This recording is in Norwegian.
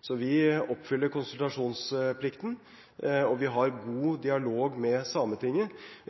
Jeg